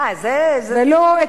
ולא,